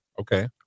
okay